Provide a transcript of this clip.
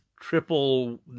triple